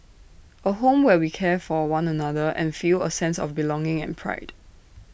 A home where we care for one another and feel A sense of belonging and pride